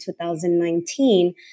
2019